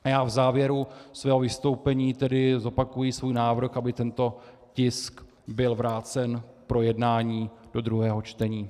A já v závěru svého vystoupení tedy zopakuji svůj návrh, aby tento tisk byl vrácen pro jednání do druhého čtení.